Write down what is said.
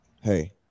hey